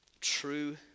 true